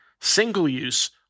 single-use